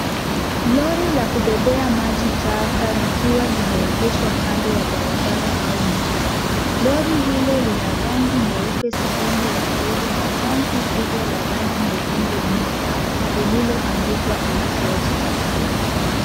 Lori la kubebea maji taka likiwa limeegeshwa kando ya barabara au njia. Lori hilo lina rangi nyeupe sehemu ya mbele na tanki kubwa la rangi nyekundu nyuma lililoandikwa exhauster .